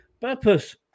purpose